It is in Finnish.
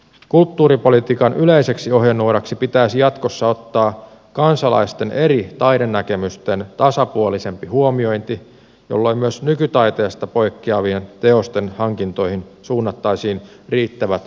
kulttuuripolitiikan yleiseksi ohjenuoraksi pitäisi jatkossa ottaa kansalaisten eri taidenäkemysten tasapuolisempi huomiointi jolloin myös nykytaiteesta poikkeavien teosten hankintoihin suunnattaisiin riittävät valtion määrärahat